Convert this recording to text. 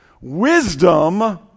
Wisdom